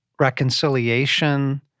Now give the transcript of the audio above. reconciliation